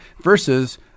versus